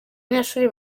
banyeshuri